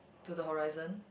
to the horizon